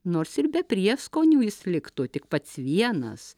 nors ir be prieskonių jis liktų tik pats vienas